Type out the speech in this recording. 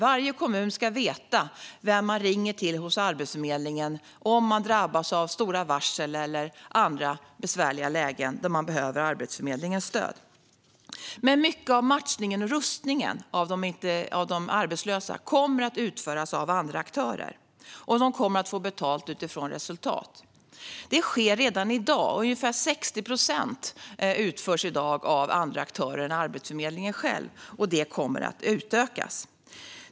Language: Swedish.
Varje kommun ska veta vem man ringer till hos Arbetsförmedlingen om man drabbas av stora varsel eller andra besvärliga lägen där man behöver Arbetsförmedlingens stöd. Men mycket av matchningen och rustningen av de arbetslösa kommer att utföras av andra aktörer, och de kommer att få betalt utifrån resultat. Det sker redan i dag. Ungefär 60 procent utförs i dag av andra aktörer än Arbetsförmedlingen själv, och det kommer att utökas.